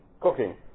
cooking